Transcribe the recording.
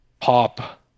pop